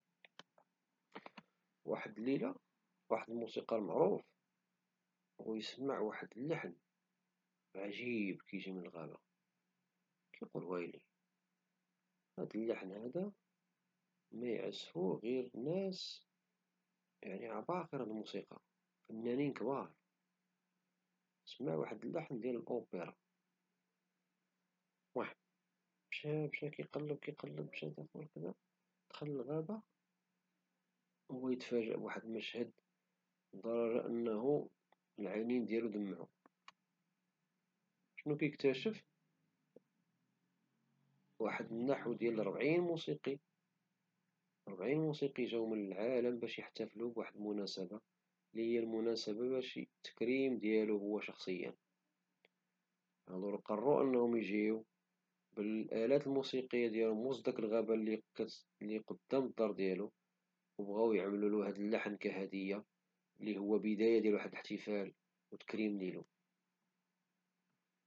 واحد الليلة، سمع الموسيقار لحن غريب جاي من الغابة. خدا الكمان ديالو ودخل باش يشوف المصدر. وسط الغابة، لقى شجرة كبيرة وحيوانات كيصدروا لحن عجيب. بدا يعزف معاهم، وخلقوا موسيقى ساحرة. من داك النهار، ولى كيرجع كل ليلة باش يعزف معاهم ويعيش لحظات ديال الإبداع والفرحة.